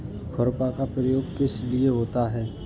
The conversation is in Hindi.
खुरपा का प्रयोग किस लिए होता है?